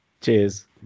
Cheers